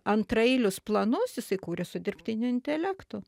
antraeilius planus jisai kūria su dirbtiniu intelektu